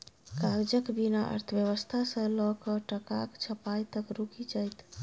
कागजक बिना अर्थव्यवस्था सँ लकए टकाक छपाई तक रुकि जाएत